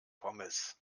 pommes